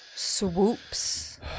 swoops